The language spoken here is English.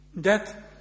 death